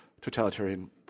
totalitarian